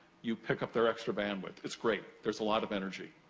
you pick up their extra bandwidth, it's great. there's a lot of energy,